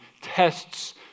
tests